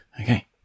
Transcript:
Okay